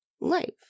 life